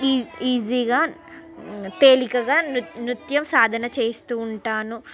ఈ ఈజీగా తేలికగా నృత్య నృత్యం సాధన చేస్తూ ఉంటాను